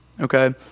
okay